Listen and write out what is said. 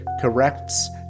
corrects